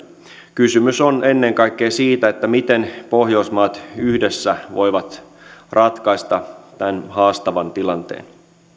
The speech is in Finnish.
kysymys on ennen kaikkea siitä miten pohjoismaat yhdessä voivat ratkaista tämän haastavan tilanteen